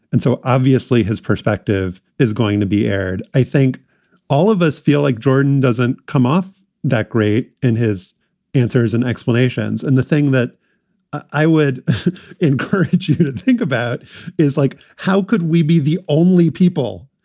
and so obviously, his perspective is going to be aired. i think all of us feel like jordan doesn't come off that great in his answers and explanations. and the thing that i would encourage you to think about is like, how could we be the only people?